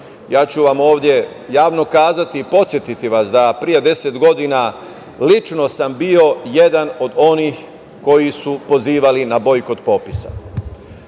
Ja ću vam ovde javno kazati i podsetiti vas da pre 10 godina lično sam bio jedan od onih koji su pozivali na bojkot popisa.